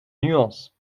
nuances